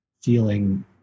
feeling